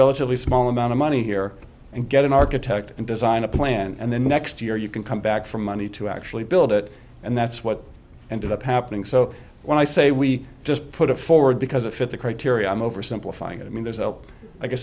relatively small amount of money here and get an architect and design a plan and then next year you can come back from money to actually build it and that's what ended up happening so when i say we just put a forward because it fit the criteria i'm oversimplifying it i mean there's